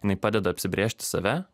jinai padeda apsibrėžti save